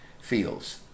feels